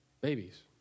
babies